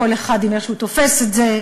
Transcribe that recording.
כל אחד איך שהוא תופס את זה,